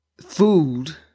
food